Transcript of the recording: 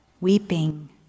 weeping